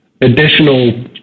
additional